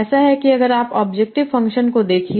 ऐसा है कि अगर आप ऑब्जेक्टिव फंक्शन को देखिए